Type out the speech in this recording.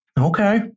Okay